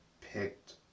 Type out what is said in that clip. picked